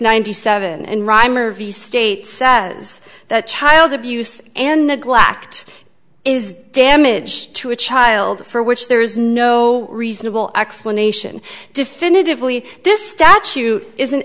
ninety seven and rhymer v state says that child abuse and neglect is damage to a child for which there is no reasonable explanation definitively this statute is an